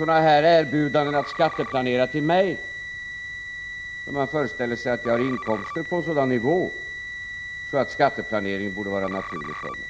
erbjudanden att skatteplanera till mig, för man föreställer sig att jag har inkomster på sådan nivå att skatteplanering skulle vara naturlig för mig.